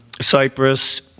Cyprus